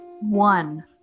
One